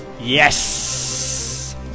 Yes